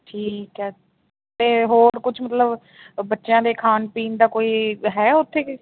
ਠੀਕ ਹੈ ਅਤੇ ਹੋਰ ਕੁਛ ਮਤਲਬ ਬੱਚਿਆਂ ਦੇ ਖਾਣ ਪੀਣ ਦਾ ਕੋਈ ਹੈ ਉੱਥੇ